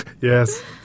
Yes